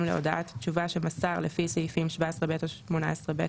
להודעת התשובה שמסר לפי סעיפים 17(ב) או 18(ב),